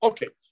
Okay